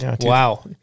Wow